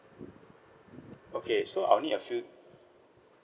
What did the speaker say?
okay so I would need a few